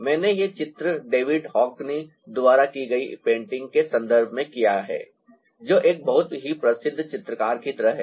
मैंने यह चित्र डेविड हॉकनी द्वारा की गई एक पेंटिंग के संदर्भ में किया है जो एक बहुत ही प्रसिद्ध चित्रकार की तरह है